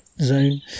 zone